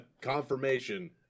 confirmation